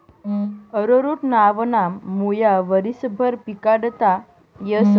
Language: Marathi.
अरोरुट नावना मुया वरीसभर पिकाडता येस